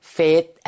faith